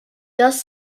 das